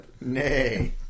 Nay